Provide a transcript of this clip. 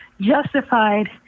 justified